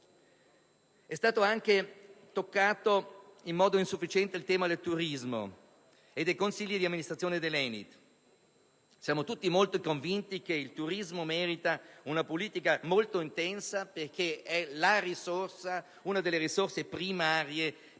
È stato anche affrontato in modo insufficiente il tema del turismo e del consiglio d'amministrazione dell'ENIT. Siamo tutti molto convinti che il turismo meriti una politica molto intensa perché è una delle risorse primarie per tutto